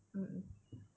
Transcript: mmhmm